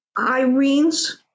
Irene's